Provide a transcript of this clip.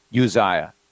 Uzziah